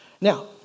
now